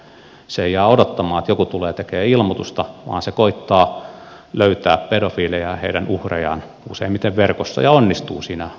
se ei jää odottamaan että joku tulee tekemään ilmoitusta vaan se koettaa löytää pedofiilejä ja heidän uhrejaan useimmiten verkossa ja onnistuu siinä suht hyvin nykypäivänä